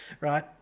right